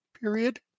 period